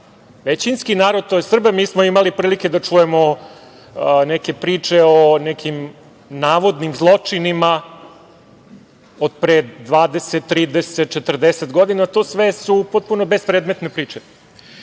većinski narod, tj. Srbe. Mi smo imali prilike da čujemo neke priče o nekim navodnim zločinima od pre 20, 30, 40 godina. To su sve potpuno bespredmetne priče. Drugi